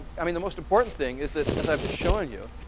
i mean, the most important thing is that as i've just shown you,